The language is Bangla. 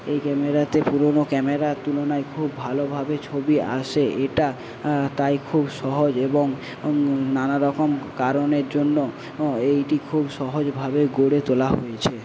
এই ক্যামেরাতে পুরোনো ক্যামেরার তুলনায় খুব ভালোভাবে ছবি আসে এটা তাই খুব সহজ এবং নানারকম কারণের জন্য এইটি খুব সহজভাবে গড়ে তোলা হয়েছে